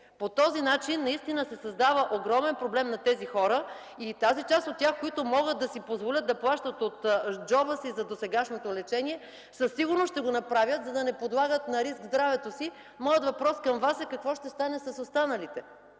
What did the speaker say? По този начин наистина се създава огромен проблем за тези хора. Тази част от тях, които могат да си позволят да плащат от джоба си за досегашното лечение, със сигурност ще го направят, за да не подлагат на риск здравето си. Моят въпрос към Вас е: какво ще стане с останалите